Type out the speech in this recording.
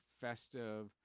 festive